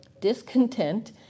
discontent